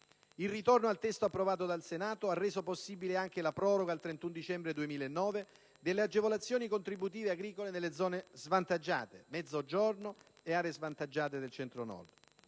Il ritorno al testo approvato dal Senato ha reso possibile anche la proroga al 31 dicembre 2009 delle agevolazioni contributive agricole nelle zone svantaggiate (Mezzogiorno ed aree svantaggiate del Centro-Nord).